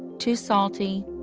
too salty,